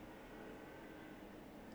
just don't play one dota game oh